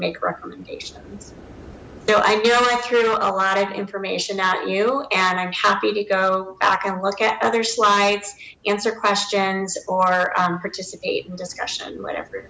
make recommendations so i know mike threw a lot of information at you and i'm happy to go back and look at other slides answer questions or participate in discussion whatever